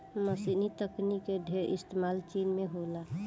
मशीनी तकनीक के ढेर इस्तेमाल चीन में होला